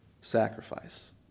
sacrifice